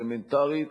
אלמנטרית,